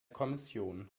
kommission